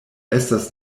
estas